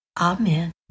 Amen